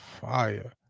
fire